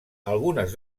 algunes